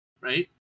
right